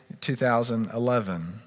2011